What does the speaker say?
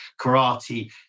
karate